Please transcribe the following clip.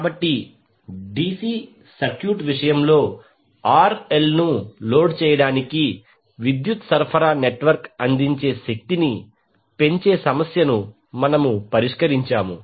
కాబట్టి DC DC circuit విషయంలో RL ను లోడ్ చేయడానికి విద్యుత్ సరఫరా నెట్వర్క్ అందించే శక్తిని పెంచే సమస్యను మనము పరిష్కరించాము